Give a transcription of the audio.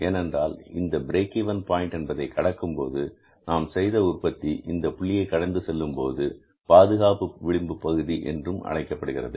ஏனென்றால் இந்த break even point என்பதை கடக்கும்போது நாம் செய்த உற்பத்தி இந்த புள்ளியை கடந்து செல்லும் போது பாதுகாப்பு விளிம்பு பகுதி என்றும் அழைக்கப்படுகிறது